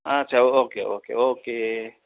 अच्छा okay okay okay okay